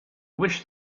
wish